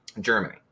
Germany